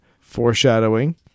foreshadowing